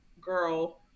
girl